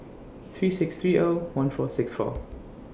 three six three O one four six four